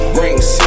rings